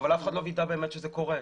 אבל אף אחד לא וידא באמת שזה קורה,